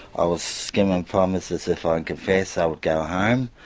i was given promises, if ah i and confessed i would go home,